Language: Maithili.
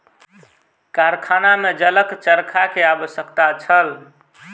कारखाना में जलक चरखा के आवश्यकता छल